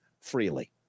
freely